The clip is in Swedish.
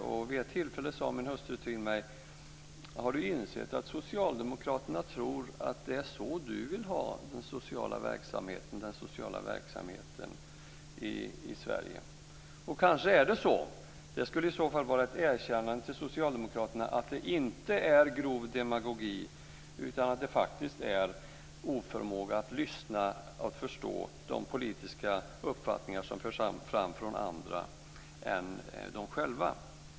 Och vid ett tillfälle sade min hustru till mig: Har du insett att socialdemokraterna tror att det är så du vill ha den sociala verksamheten i Sverige? Kanske är det så. Det skulle i så fall vara ett erkännande till socialdemokraterna att det inte handlar om grov demagogi utan att det faktiskt handlar om oförmåga att lyssna och förstå de politiska uppfattningar som förs fram från andra än dem själva.